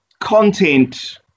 content